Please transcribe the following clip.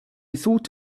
thought